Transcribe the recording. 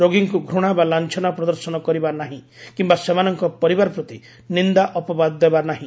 ରୋଗୀକୁ ଘୂଶା ବା ଲାଅନା ପ୍ରଦର୍ଶନ କରିବା ନାହି କିୟା ସେମାନଙ୍କ ପରିବାର ପ୍ରତି ନିନ୍ନା ଅପବାଦ ଦେବା ନାହିଁ